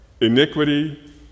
iniquity